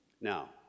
Now